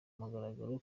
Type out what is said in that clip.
mugaragaro